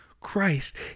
Christ